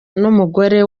n’umugore